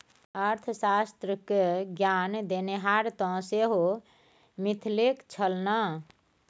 अर्थशास्त्र क ज्ञान देनिहार तँ सेहो मिथिलेक छल ने